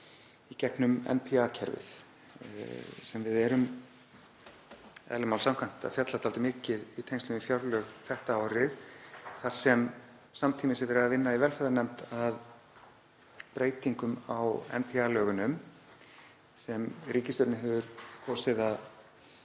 í gegnum NPA-kerfið, sem við erum eðli máls samkvæmt að fjalla dálítið mikið um í tengslum við fjárlög þetta árið þar sem samtímis er verið að vinna í velferðarnefnd að breytingum á NPA-lögunum, sem ríkisstjórnin hefur kosið að